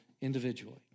individually